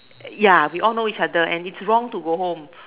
ya we all know each other and is wrong to go home